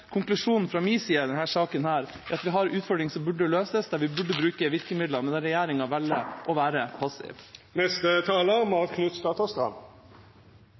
Konklusjonen fra min side i denne saken er at vi har en utfordring som burde løses, der vi burde bruke virkemidler, men der regjeringa velger å være passiv.